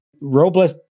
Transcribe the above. Robles